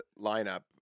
lineup